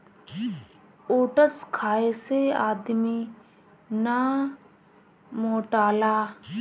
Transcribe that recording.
oats खाए से आदमी ना मोटाला